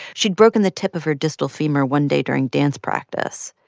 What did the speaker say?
she'd broken the tip of her distal femur one day during dance practice.